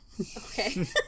Okay